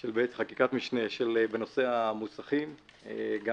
של חקיקת משנה בנושא המוסכים גם